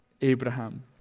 Abraham